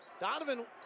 Donovan